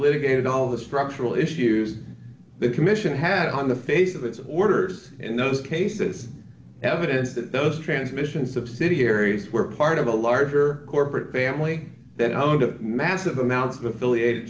litigated all the structural issues the commission had on the face of its orders in those cases evidence that those transmissions subsidiaries were part of a larger corporate family that home to massive amounts of affiliate